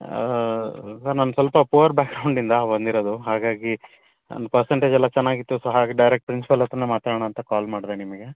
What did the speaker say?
sir ನಾನು ಸ್ವಲ್ಪ poor ಬ್ಯಾಗ್ರೌಡಿಂದ ಬಂದಿರೋದು ಹಾಗಾಗಿ ನನ್ನ ಪರ್ಸೆಂಟೇಜ್ ಎಲ್ಲ ಚೆನ್ನಾಗಿತ್ತು ಸರ್ ಹಾಗೆ ಡೈರೆಕ್ಟ್ ಪ್ರಿನ್ಸಿಪಾಲ್ ಹತ್ತಿರನೇ ಮಾತಾಡೋಣ ಅಂತ ಕಾಲ್ ಮಾಡಿದೆ ನಿಮಗೆ